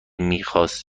میخواست